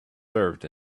served